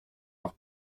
par